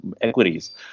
equities